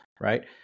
Right